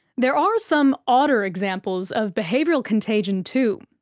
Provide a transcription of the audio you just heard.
there are some odder examples of behavioural contagion too.